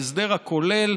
בהסדר הכולל,